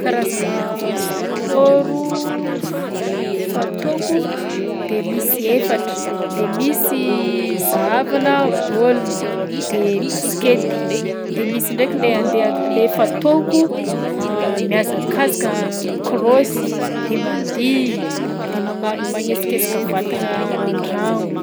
Karazagna sport f- fataoko de misy efatra, de misy zahavana baolina de baskety, de misy ndraiky le andeha t- le fataoko mihazakazaka mikraosy, de mandihy, de magnano magnesikesika vatagna an-dragno.